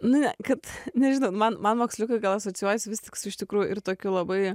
na kad nežinau man man moksliukai gal asocijuojasi su iš tikrųjų ir tokiu labai